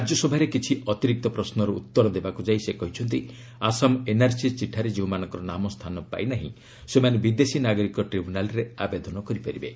ରାଜ୍ୟସଭାରେ କିଛି ଅତିରିକ୍ତ ପ୍ରଶ୍ୱର ଉତ୍ତର ଦେବାକୁ ଯାଇ ସେ କହିଛନ୍ତି ଆସାମ ଏନ୍ଆର୍ସି ଚିଠାରେ ଯେଉଁମାନଙ୍କର ନାମ ସ୍ଥାନ ପାଇ ନାହିଁ ସେମାନେ ବିଦେଶୀ ନାଗରିକ ଟ୍ରିବ୍ୟୁନାଲ୍ରେ ଆବେଦନ କରିପାରିବେ